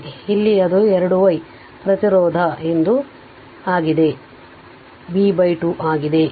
ಆದ್ದರಿಂದ ಇಲ್ಲಿ ಅದು 2 y ಪ್ರತಿರೋಧ ಎಂದು i y time t v 2 ಆಗಿದೆ